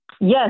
Yes